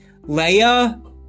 Leia